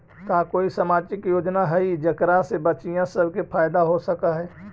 का कोई सामाजिक योजना हई जेकरा से बच्चियाँ सब के फायदा हो सक हई?